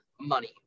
money